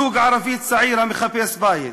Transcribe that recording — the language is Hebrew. זוג ערבי צעיר המחפש בית.